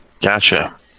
Gotcha